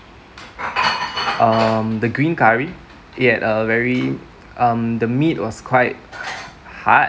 um the green curry it had a very um the meat was quite hard